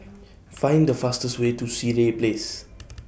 Find The fastest Way to Sireh Place